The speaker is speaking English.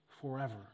forever